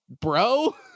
bro